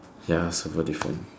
ya so no different